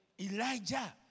Elijah